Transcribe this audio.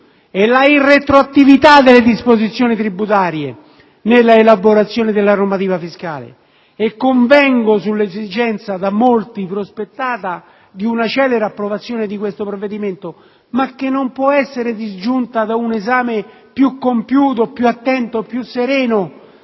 e la irretroattività delle disposizioni tributarie nella elaborazione della normativa fiscale e convengo sulla esigenza, da molti prospettata, di una celere approvazione di questo provvedimento, che non può però essere disgiunta da un esame più compiuto, più attento, più sereno,